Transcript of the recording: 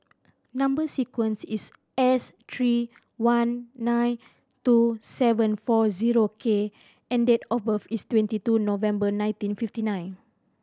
number sequence is S three one nine two seven four zero K and date of birth is twenty two November nineteen fifty nine